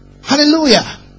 Hallelujah